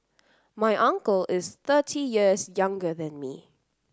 my uncle is thirty years younger than me